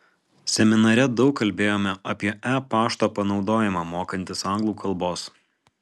seminare daug kalbėjome apie e pašto panaudojimą mokantis anglų kalbos